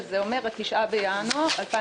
שזה אומר ה-9 בינואר 2020,